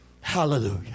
Hallelujah